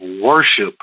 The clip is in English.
worship